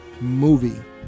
Movie